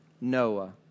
Noah